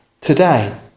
today